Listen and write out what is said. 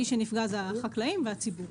מי שנפגע זה החקלאים והציבור.